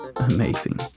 amazing